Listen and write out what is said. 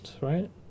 right